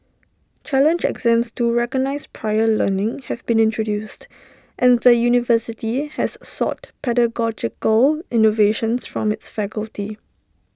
challenge exams to recognise prior learning have been introduced and the university has sought pedagogical innovations from its faculty